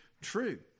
true